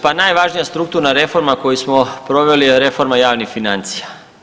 Pa najvažnija strukturna reforma koju smo proveli je reforma javnih financija.